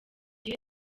gihe